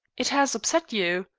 it has upset you.